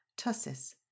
tussis